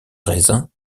raisin